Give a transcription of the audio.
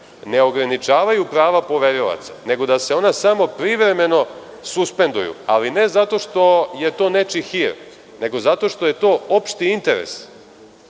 ne ograničavaju prava poverilaca, nego da se ona samo privremeno suspenduju, ali ne zato što je to nečiji hir, nego zato što je to opšti interes. Mislim